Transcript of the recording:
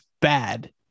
bad